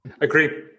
agree